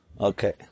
Okay